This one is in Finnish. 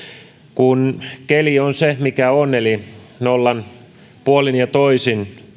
kun keli on se mikä on eli kun nollan puolin ja toisin